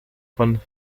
von